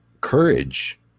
courage